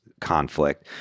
conflict